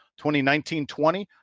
2019-20